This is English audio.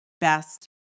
best